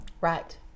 Right